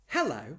Hello